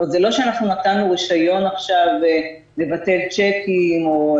זה לא שאנחנו נתנו רישיון עכשיו לבטל צ'קים.